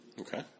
Okay